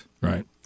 Right